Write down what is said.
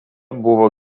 buvo